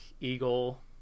Eagle